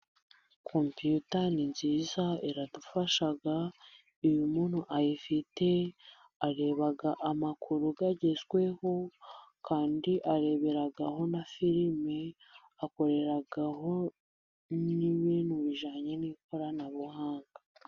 Kompiyuta ni nziza iradufasha. Iyo umuntu ayifite areba amakuru agezweho, kandi areberaho na filime, akoreraho n'ibintu bijyanye n'ikoranabuhanga.